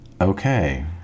Okay